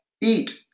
eat